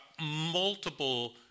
multiple